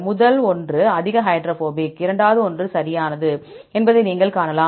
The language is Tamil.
முதல் ஒன்று அதிக ஹைட்ரோபோபிக் இரண்டாவது ஒன்றை விட சரியானது என்பதை நீங்கள் காணலாம்